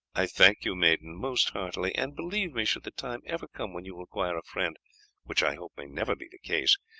i thank you, maiden, most heartily. and, believe me, should the time ever come when you require a friend which i hope may never be the case,